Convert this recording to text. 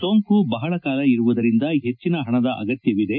ಸೋಂಕು ಬಹಳ ಕಾಲ ಇರುವುದರಿಂದ ಹೆಚ್ಚಿನ ಪಣದ ಅಗತ್ಯವಿದೆ